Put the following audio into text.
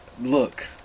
look